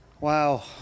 Wow